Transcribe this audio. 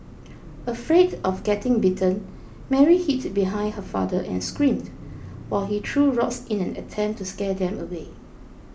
afraid of getting bitten Mary hid behind her father and screamed while he threw rocks in an attempt to scare them away